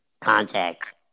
contact